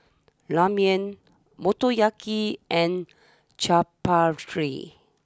Ramen Motoyaki and Chaat Papri